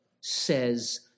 says